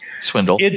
Swindle